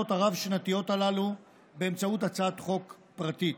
הרב-שנתיות הללו באמצעות הצעת חוק פרטית.